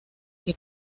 que